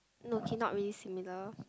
no cannot really similar